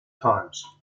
times